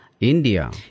India